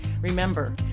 Remember